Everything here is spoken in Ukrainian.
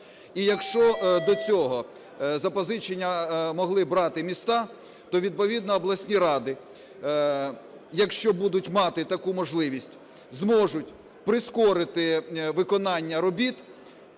І якщо до цього запозичення могли брати міста, то відповідно обласні ради, якщо будуть мати таку можливість, зможуть прискорити виконання робіт